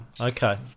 Okay